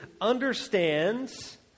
understands